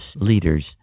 leaders